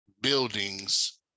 buildings